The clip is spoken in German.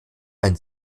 ein